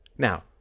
Now